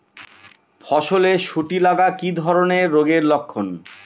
ফসলে শুটি লাগা কি ধরনের রোগের লক্ষণ?